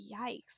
yikes